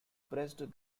pressed